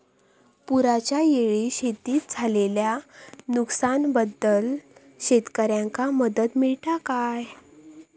पुराच्यायेळी शेतीत झालेल्या नुकसनाबद्दल शेतकऱ्यांका मदत मिळता काय?